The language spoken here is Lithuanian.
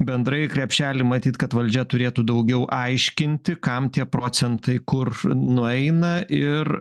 bendrai į krepšelį matyt kad valdžia turėtų daugiau aiškinti kam tie procentai kur nueina ir